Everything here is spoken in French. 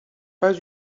pas